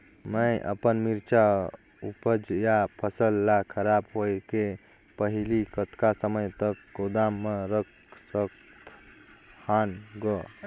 मैं अपन मिरचा ऊपज या फसल ला खराब होय के पहेली कतका समय तक गोदाम म रख सकथ हान ग?